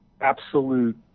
absolute